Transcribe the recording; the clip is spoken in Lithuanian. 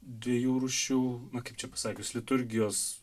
dviejų rūšių na kaip čia pasakius liturgijos